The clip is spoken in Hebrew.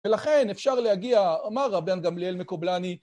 ולכן אפשר להגיע, אמר הרבן גמליאל מקובלני